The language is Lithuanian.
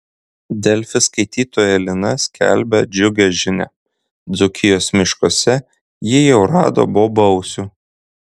delfi skaitytoja lina skelbia džiugią žinią dzūkijos miškuose ji jau rado bobausių